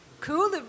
cool